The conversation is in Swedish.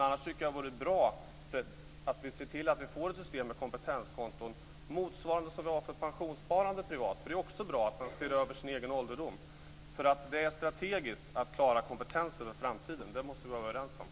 Annars tycker jag att det vore bra att se till att få ett system med kompetenskonton motsvarande det som vi har för privat pensionssparande. Det är också bra att se över förhållandena för sin egen egendom. Vi måste vara överens om att det är ett strategiskt mål att klara kompetensen i framtiden.